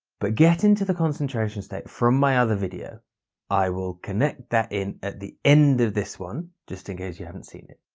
but get into the concentration state from my other video i will connect that in at the end of this one just in case you haven't seen it